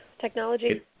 technology